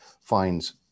finds